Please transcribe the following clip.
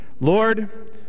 Lord